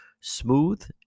smooth